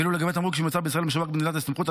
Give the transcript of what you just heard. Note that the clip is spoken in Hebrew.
ואילו לגבי תמרוק שמיוצר בישראל ומשווק במדינת הסתמכות,